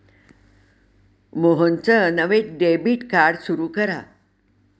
मोहनचं नवं debit card सुरू करा